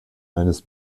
eines